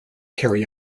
carry